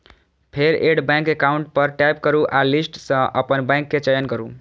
फेर add bank account पर tap करू आ लिस्ट सं अपन बैंक के चयन करू